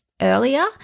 earlier